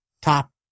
top